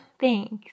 thanks